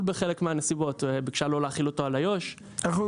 בחלק מהנסיבות ביקשה לא להחיל אותו על איו"ש --- אנחנו